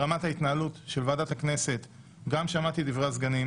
אבל ברמת ההתנהלות של ועדת הכנסת אני מקבל את מה שאמרו הסגנים.